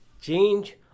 Change